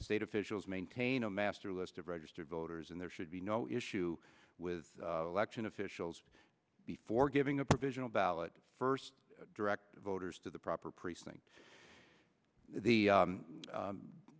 state officials maintain a master list of registered voters and there should be no issue with election officials before giving a provisional ballot first direct voters to the proper precinct the